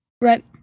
Right